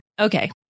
Okay